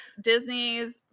Disney's